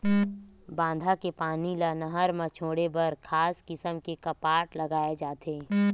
बांधा के पानी ल नहर म छोड़े बर खास किसम के कपाट लगाए जाथे